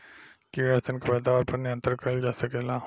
कीड़ा सन के पैदावार पर नियंत्रण कईल जा सकेला